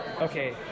okay